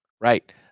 Right